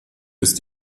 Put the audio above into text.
ist